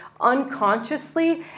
unconsciously